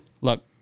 look